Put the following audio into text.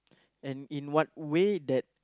and in what way that